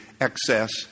excess